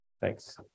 Thanks